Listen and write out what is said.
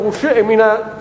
לא מן הפרושים ולא מן הצדוקים,